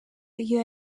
iyo